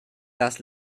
das